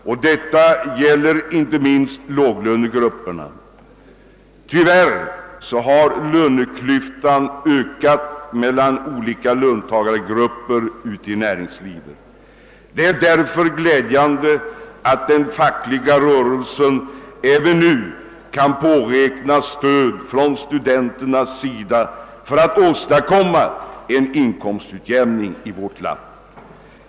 Dessa krav gäller inte minst låglönegrupperna. Tyvärr har löneklyftan mellan olika löntagargrupper i näringslivet vidgats. Det är därför glädjande att den fackliga rörelsen även nu kan påräkna stöd från studenternas sida när det gäller att åstadkomma en inkomstutjämning i vårt land.